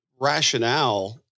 rationale